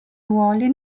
ruoli